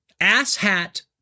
asshat